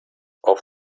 auf